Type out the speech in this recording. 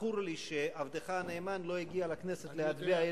זכור לי שעבדך הנאמן לא הגיע לכנסת להצביע,